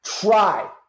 Try